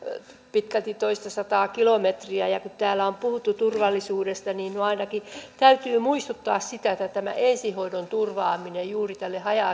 pitkälti toista sataa kilometriä ja kun täällä on puhuttu turvallisuudesta niin nyt ainakin täytyy muistuttaa siitä että tämä ensihoidon turvaaminen juuri tälle haja